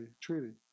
Treaty